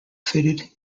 fitted